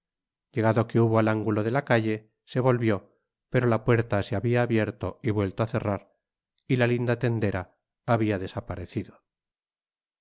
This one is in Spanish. llegado que hubo al ángulo de la calle se volvió pero la puerta se habia abierto y vuelto á cerrar y la linda tendera habia desaparecido